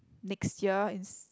next year in s~